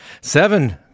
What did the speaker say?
seven